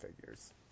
figures